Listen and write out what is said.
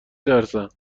ترسم